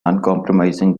uncompromising